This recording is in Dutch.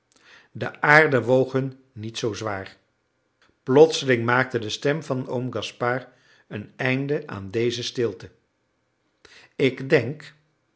de aarde woog hun niet zoo zwaar plotseling maakte de stem van oom gaspard een einde aan deze stilte ik denk